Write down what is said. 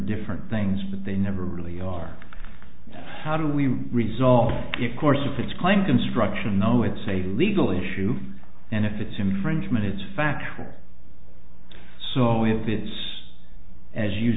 different things but they never really are how do we resolve it course if it's clean construction no it's a legal issue and if it's infringement it's faculty so if it's as you